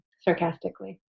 sarcastically